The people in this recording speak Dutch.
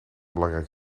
belangrijk